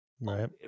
Right